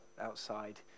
outside